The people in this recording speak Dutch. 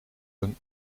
een